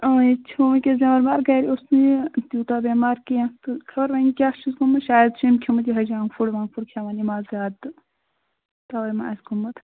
ییٚتہِ چھُ وُنکٮ۪س جان رش گَرِ اوس نہٕ یہِ تیٛوٗتاہ بٮ۪مار کیٚنٛہہ تہٕ خبر وۅنۍ کیٛاہ چھُس گوٚمُت شایَد چھُ أمۍ کھٮ۪ومُت یِہَے جنٛک فُڈ ونٛک فُڈ کھٮ۪وان یِم اَز زیادٕ تہٕ تَوَے ما آسہِ گوٚمُت